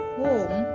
home